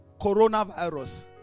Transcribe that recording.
coronavirus